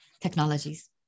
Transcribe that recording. technologies